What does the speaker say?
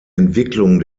entwicklung